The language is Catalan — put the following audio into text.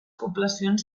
poblacions